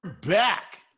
back